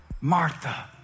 Martha